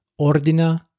Ordina